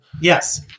Yes